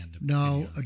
No